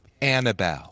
Annabelle